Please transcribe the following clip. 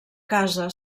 casa